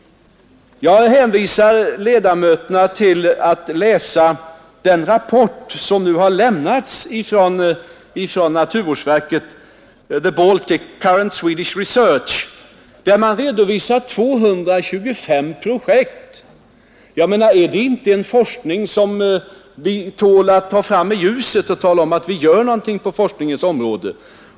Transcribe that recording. Jag rekommenderar kammarens ledamöter att läsa den rapport som har lämnats av naturvårdsverket, The Baltic, Current Swedish Research, där man redovisar 225 projekt. Är det en forskning som tål att tas fram i ljuset som ett bevis på att vi verkligen gör någonting på forskningens område!